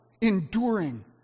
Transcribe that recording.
enduring